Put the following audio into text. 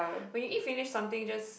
when you eat finish something just